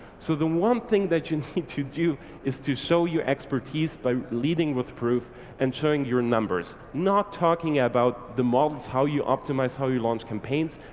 so the one thing that you need to do is to show so you expertise by leading with proof and showing your numbers, not talking about the models, how you optimise, how you launch campaigns.